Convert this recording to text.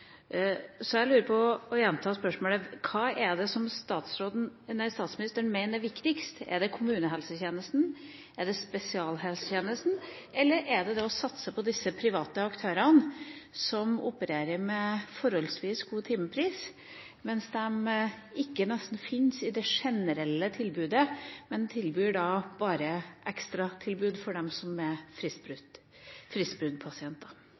Så jeg lurer på og gjentar spørsmålet: Hva er det statsministeren mener er viktigst – er det kommunehelsetjenesten, spesialisthelsetjenesten eller er det å satse på disse private aktørene, som opererer med forholdsvis god timepris, mens de nesten ikke finnes i det generelle tilbudet, men tilbyr bare ekstratilbud for dem som er fristbruddpasienter? Fristbruddgrossister vil ikke eksistere etter at vi har innført fritt behandlingsvalg, for da vil ikke fristbrudd